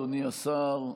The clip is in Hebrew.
אדוני השר,